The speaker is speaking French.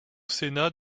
sénat